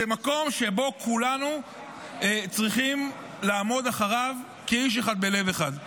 זה מקום שבו כולנו צריכים לעמוד אחריו כאיש אחד בלב אחד.